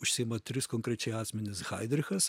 užsiima trys konkrečiai asmenys haidrichas